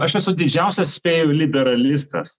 aš esu didžiausias spėju liberalistas